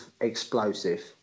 explosive